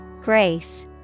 Grace